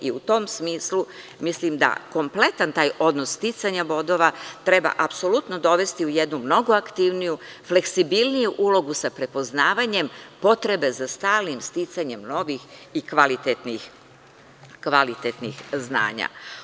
U tom smislu, mislim da kompletan taj odnos sticanja bodova treba apsolutno dovesti u jednu mnogo aktivniju, fleksibilniju ulogu, sa prepoznavanje potrebe za stalnim sticanjem novih i kvalitetnih znanja.